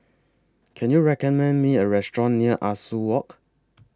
Can YOU recommend Me A Restaurant near Ah Soo Walk